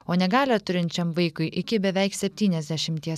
o negalią turinčiam vaikui iki beveik septyniasdešimties